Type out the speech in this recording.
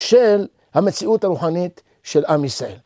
של המציאות הרוחנית של עם ישראל.